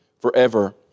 forever